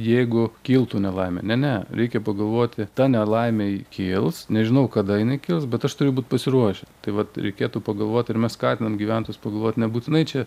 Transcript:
jeigu kiltų nelaimė ne ne reikia pagalvoti ta nelaimė ji kils nežinau kada jinai kils bet aš turiu būt pasiruošę tai vat reikėtų pagalvot ar mes skatinam gyventojus pagalvot nebūtinai čia